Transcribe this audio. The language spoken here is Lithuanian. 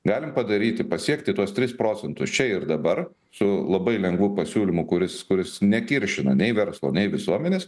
galim padaryti pasiekti tuos tris procentus čia ir dabar su labai lengvu pasiūlymu kuris kuris nekiršina nei verslo nei visuomenės